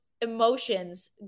emotions